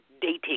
dating